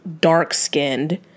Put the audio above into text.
dark-skinned